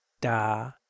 da